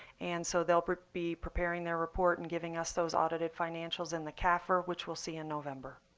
and so they'll but be preparing their report and giving us those audited financials in the cafr, which we'll see in november.